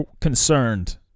concerned